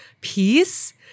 peace